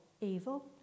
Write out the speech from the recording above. evil